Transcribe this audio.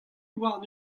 warn